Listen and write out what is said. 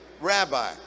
rabbi